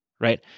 right